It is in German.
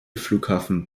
flughafen